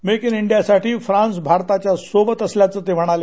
make in India साठी France भारताच्या सोबत असल्याचं ते म्हणाले